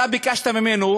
אתה ביקשת ממנו,